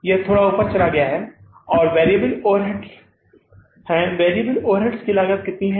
यह थोड़ा ऊपर चला गया है और वेरिएबल ओवरहेड्स है वेरिएबल ओवरहेड्स की लागत कितनी है